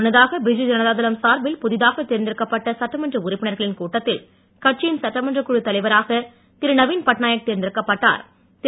முன்னதாக பிஜு ஜனதா தளம் சார்பில் புதிதாகத் தேர்ந்தெடுக்கப்பட்ட சட்டமன்ற உறுப்பினர்களின் கூட்டத்தில் கட்சியின் சட்டமன்றக் நவீன் பட்நாயக் குழுத் தலைவராக திரு தேர்ந்தெடுக்கப்பட்டார் திரு